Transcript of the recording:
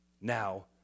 now